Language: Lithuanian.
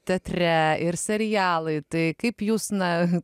teatre ir serialai tai kaip jūs na